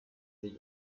sich